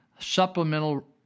Supplemental